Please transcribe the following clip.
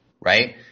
right